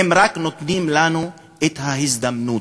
אם רק נותנים לנו את ההזדמנות.